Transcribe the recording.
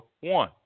one